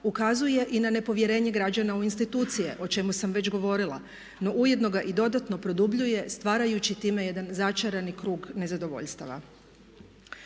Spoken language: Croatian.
ukazuje i na nepovjerenje građana u institucije o čemu sam već govorila no ujedno ga i dodatno produbljuje stvarajući time jedan začarani krug nezadovoljstava.